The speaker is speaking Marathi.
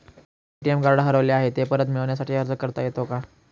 ए.टी.एम कार्ड हरवले आहे, ते परत मिळण्यासाठी अर्ज करता येतो का?